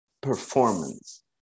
performance